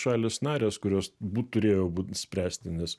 šalys narės kurios būt turėjo būt spręsti nes